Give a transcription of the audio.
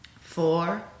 four